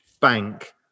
bank